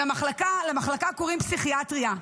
למחלקה קוראים פסיכיאטריה,